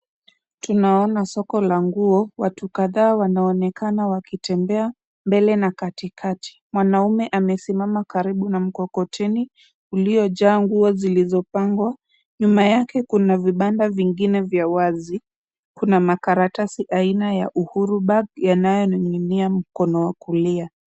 Tunaona soko la nguo, watu kadha wanaonekana wakitembea mbele na katikati. Mwanaume amesimama karibu na mkokoteni, uliojaa nguo zilizopangwa, nyuma yake kuna vibanda vingine vya wazi. Kuna makaratasi aina ya uhuru bag yanayoning'inia mkono wa kulia.